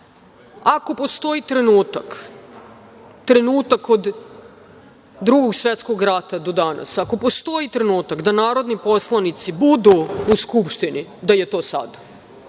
ako postoji trenutak, trenutak od Drugog svetskog rata do danas, ako postoji trenutak da narodni poslanici budu u Skupštini da je to sad,